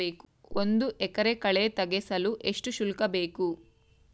ಒಂದು ಎಕರೆ ಕಳೆ ತೆಗೆಸಲು ಎಷ್ಟು ಶುಲ್ಕ ಬೇಕು?